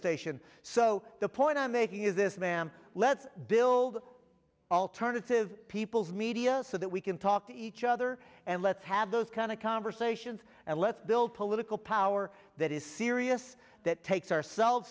station so the point i'm making is this ma'am let's build alternative people's media so that we can talk to each other and let's have those kind of conversations and let's build political power that is serious that takes ourselves